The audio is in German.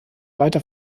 weiter